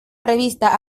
revista